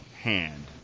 hand